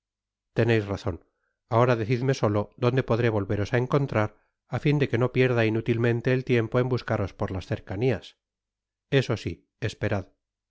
teneis razon ahora decidme solo donde podré volveros á encontrar a fin de que no pierda inútilmente et tiempo en buscaros por las cercanias eso si esperad